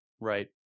right